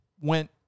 went